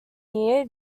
year